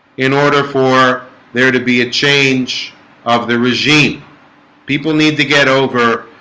in order for there to be a change of the regime people need to get over